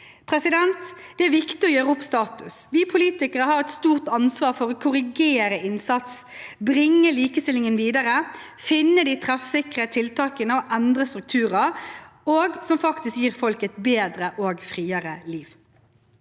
politikk. Det er viktig å gjøre opp status. Vi politikere har et stort ansvar for å korrigere innsats, bringe likestillingen videre, finne de treffsikre tiltakene som endrer strukturer, og som faktisk gir folk et bedre og friere liv.